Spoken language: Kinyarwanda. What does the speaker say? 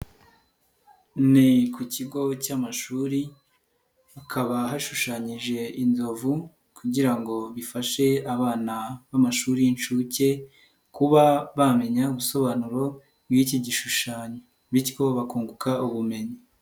Ni ku kigo cy'amashuri hakaba hashushanyije inzovu kugira ngo bifashe abana b'amashuri y'inshuke kuba bamenya ubusobanuro bw'iki gishushanyo bityo bakunguka ubumenyi.